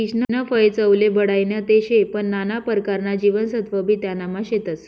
पीचनं फय चवले बढाईनं ते शे पन नाना परकारना जीवनसत्वबी त्यानामा शेतस